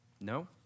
No